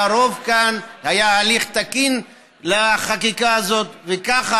היה רוב כאן, היה הליך תקין לחקיקה הזאת, וככה